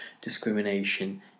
discrimination